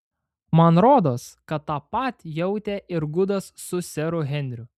man rodos kad tą pat jautė ir gudas su seru henriu